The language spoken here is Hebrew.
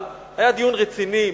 אבל היה דיון רציני,